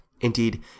indeed